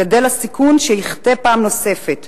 גדל הסיכון שיחטא פעם נוספת.